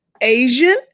Asian